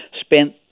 spent